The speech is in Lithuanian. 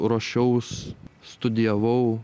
ruošiaus studijavau